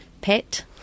Pet